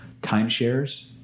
timeshares